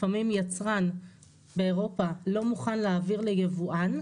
לפעמים יצרן באירופה לא מוכן להעביר ליבואן,